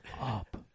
up